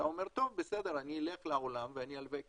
אתה אומר, אני אלך לעולם ואלווה כסף.